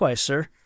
sir